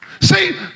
See